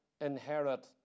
inherit